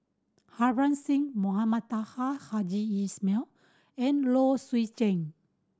Harbans Singh Mohamed Taha Haji Jamil and Low Swee Chen